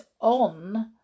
on